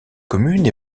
commune